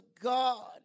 god